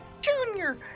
Junior